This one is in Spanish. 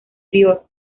prior